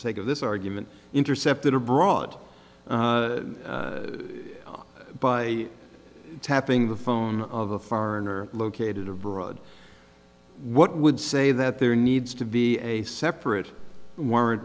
sake of this argument intercepted abroad by tapping the phone of a foreigner located abroad what would say that there needs to be a separate w